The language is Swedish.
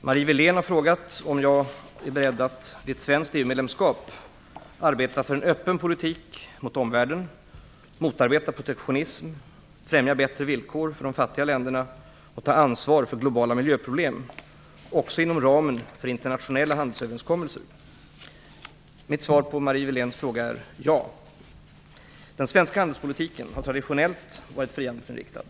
Herr talman! Marie Wilén har frågat om jag är beredd att vid ett svenskt EU-medlemskap arbeta för en öppen politik mot omvärlden, motarbeta protektionism, främja bättre villkor för de fattiga länderna och ta ansvar för globala miljöproblem också inom ramen för internationella handelsöverenskommelser. Mitt svar på Marie Wiléns fråga är ja. Den svenska handelspolitiken har traditionellt varit frihandelsinriktad.